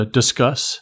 discuss